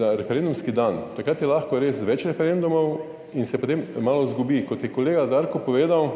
na referendumski dan, takrat je lahko res več referendumov in se potem malo izgubi. Kot je kolega Darko povedal,